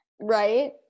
Right